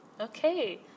Okay